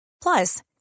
Plus